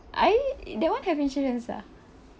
I that one have insurance ah